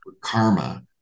karma